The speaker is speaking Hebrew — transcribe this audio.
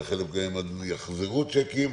לחלק מהן יחזרו צ'קים.